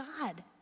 God